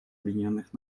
объединенных